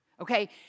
Okay